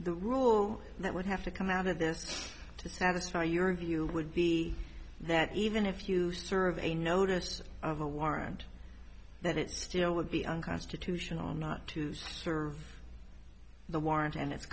the rule that would have to come out of this to satisfy your view would be that even if you serve a notice of a warrant that it still would be unconstitutional not to use for the warrant and it